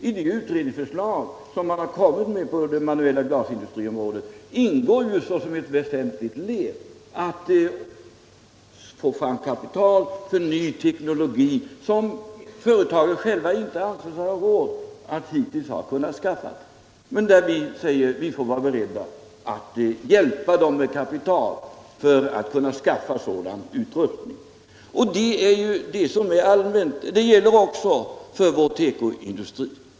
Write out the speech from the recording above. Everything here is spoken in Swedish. I det utredningsförslag som har kommit på den manuella glasindustrins område ingår som ett väsentligt led att få fram kapital för ny teknologi, något som företagen själva hittills inte har ansett sig ha råd att skaffa. Vi säger att man får vara beredd att hjälpa dem med kapital för anskaffning av sådan utrustning. Det gäller också för vår tekoindustri.